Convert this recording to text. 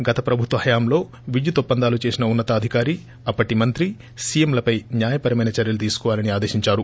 గత ప్రభుత్వ హయాంలో విద్యుత్ ఒప్పందాలు చేసిన ఉన్నతాధికారి అప్పటి మంత్రి సీఎంపై న్యాయపరమైన చర్యలు తీసుకోవాలని ఆదేశించారు